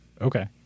Okay